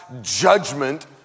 judgment